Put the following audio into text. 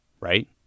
right